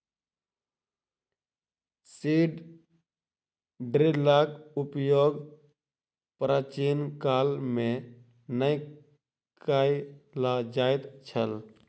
seed ड्रीलक उपयोग प्राचीन काल मे नै कय ल जाइत छल